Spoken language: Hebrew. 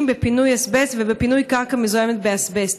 בפינוי אסבסט ובפינוי קרקע מזוהמת באסבסט.